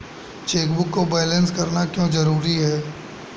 Chequebook को balance करना क्यों जरूरी है?